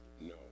No